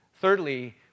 Thirdly